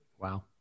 Wow